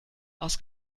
aus